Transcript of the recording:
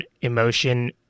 emotion